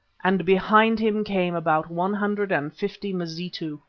and behind him came about one hundred and fifty mazitu.